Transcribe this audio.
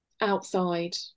outside